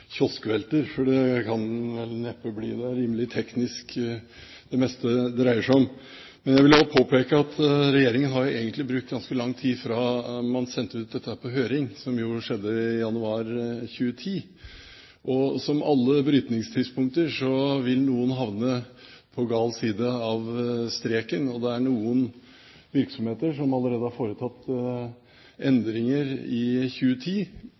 vel neppe bli – det er rimelig teknisk det meste den dreier seg om. Men jeg vil også påpeke at regjeringen egentlig har brukt ganske lang tid fra man sendte ut dette på høring, som jo skjedde i januar 2010. Og som alle brytningstidspunkter vil noen havne på gal side av streken. Det er noen virksomheter som allerede har foretatt endringer i 2010,